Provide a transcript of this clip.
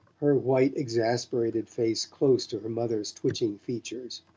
her white exasperated face close to her mother's twitching features.